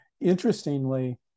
Interestingly